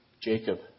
Jacob